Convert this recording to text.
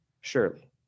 Surely